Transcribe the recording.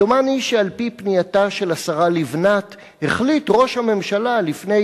דומני שעל-פי פנייתה של השרה לבנת החליט ראש הממשלה לפני